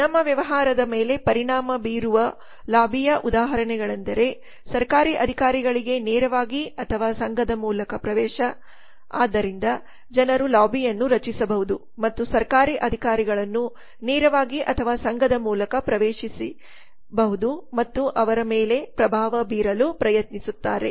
ನಮ್ಮ ವ್ಯವಹಾರದ ಮೇಲೆ ಪರಿಣಾಮ ಬೀರುವ ಲಾಬಿಯ ಉದಾಹರಣೆಗಳೆಂದರೆ ಸರ್ಕಾರಿ ಅಧಿಕಾರಿಗಳಿಗೆ ನೇರವಾಗಿ ಅಥವಾ ಸಂಘದ ಮೂಲಕ ಪ್ರವೇಶ ಆದ್ದರಿಂದ ಜನರು ಲಾಬಿಯನ್ನು ರಚಿಸಬಹುದು ಮತ್ತು ಸರ್ಕಾರಿ ಅಧಿಕಾರಿಗಳನ್ನು ನೇರವಾಗಿ ಅಥವಾ ಸಂಘದ ಮೂಲಕ ಪ್ರವೇಶಿಸಬಹುದು ಮತ್ತು ಅದರ ಮೇಲೆ ಪ್ರಭಾವ ಬೀರಲು ಪ್ರಯತ್ನಿಸುತ್ತಾರೆ